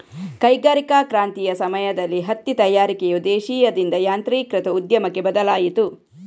ಕೈಗಾರಿಕಾ ಕ್ರಾಂತಿಯ ಸಮಯದಲ್ಲಿ ಹತ್ತಿ ತಯಾರಿಕೆಯು ದೇಶೀಯದಿಂದ ಯಾಂತ್ರೀಕೃತ ಉದ್ಯಮಕ್ಕೆ ಬದಲಾಯಿತು